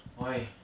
why